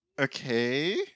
okay